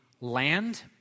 land